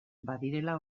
badirela